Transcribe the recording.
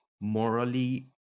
morally